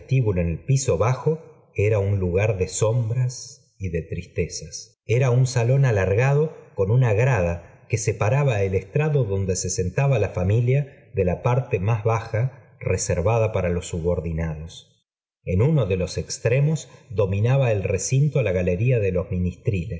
en el piso bajo era un lugar de sombras y de tristezas ra un salón alargado con una grada que separaba el gstrado donde be sentaba la familia de la w r y nwuvwwo it atuiim ae xa parte ftás baja reservada para los subordinados i n uno de los extremos dominaba el recinto l a galería de los ministriles